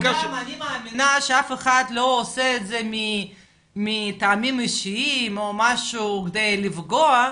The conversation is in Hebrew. --- אני מאמינה שאף אחד לא עושה את זה מטעמים אישיים או משהו כדי לפגוע,